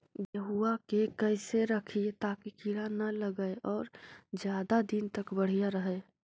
गेहुआ के कैसे रखिये ताकी कीड़ा न लगै और ज्यादा दिन तक बढ़िया रहै?